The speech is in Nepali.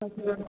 हजुर